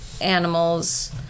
animals